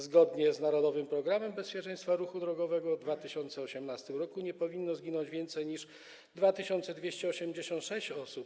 Zgodnie z narodowym programem bezpieczeństwa ruchu drogowego w 2018 r. nie powinno zginąć więcej niż 2286 osób.